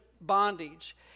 bondage